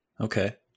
Okay